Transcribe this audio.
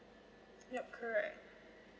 yup correct